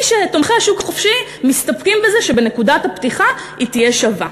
תומכי השוק החופשי מסתפקים בזה שנקודת הפתיחה תהיה שווה.